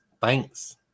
Thanks